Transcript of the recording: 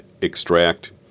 extract